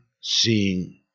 seeing